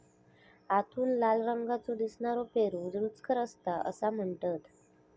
आतून लाल रंगाचो दिसनारो पेरू रुचकर असता असा म्हणतत